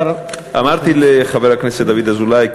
אמרתי לחבר הכנסת דוד אזולאי,